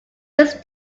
his